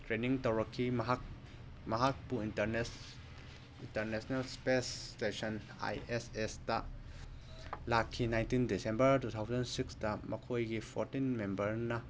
training ꯇꯧꯔꯛꯈꯤ ꯃꯍꯥꯛ ꯃꯍꯥꯛꯄꯨ international space station I S ꯑꯦꯁꯇ ꯂꯥꯛꯈꯤ ꯅꯥꯏꯅꯇꯤꯟ ꯗꯤꯁꯦꯝꯕꯔ ꯇꯨ ꯊꯥꯎꯖꯟ ꯁꯤꯀꯁꯇ ꯃꯈꯣꯏꯒꯤ ꯐꯣꯔꯇꯤꯟ ꯃꯦꯝꯕꯔꯅ